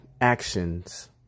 actions